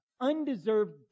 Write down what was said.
undeserved